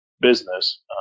business